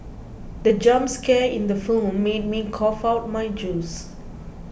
the jump scare in the film made me cough out my juice